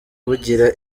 bugira